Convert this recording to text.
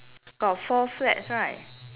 got four flats right